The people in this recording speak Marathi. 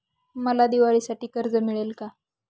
मला दिवाळीसाठी कर्ज मिळेल का?